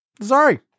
Sorry